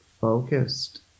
focused